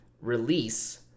release